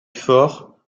forts